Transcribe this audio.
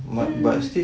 mm